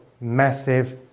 massive